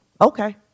Okay